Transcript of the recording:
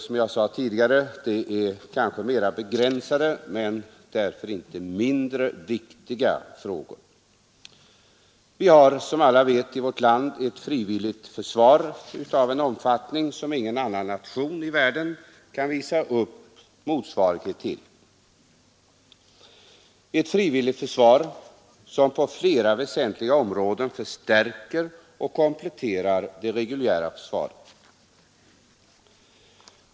Som jag sade tidigare, är det mera begränsade men därför inte mindre viktiga frågor. Vi har, som alla vet, i vårt land ett frivilligt försvar av en omfattning som ingen annan nation i världen kan visa upp motsvarighet till, ett frivilligt försvar som på flera väsentliga områden förstärker och kompletterar det reguljära försvaret.